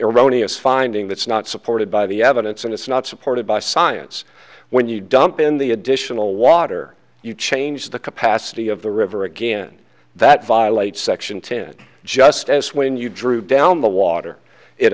erroneous finding that's not supported by the evidence and it's not supported by science when you dump in the additional water you change the capacity of the river again that violates section ten just as when you drew down the water it